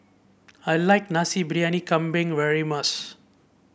I like Nasi Briyani Kambing very much